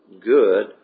good